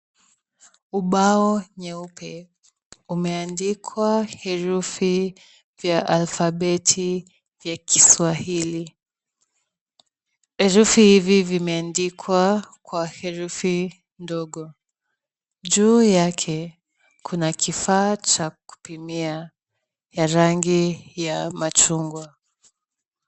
Ubao nyeupe umeandikwa herufi ya alphabet (cs) ya kiswahili ,herufi hivi vimeandikwa kwa herufi ndogo , juu yake Kuna kifaa Cha kupimia ya rangi ya machungwa.